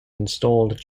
installed